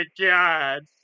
god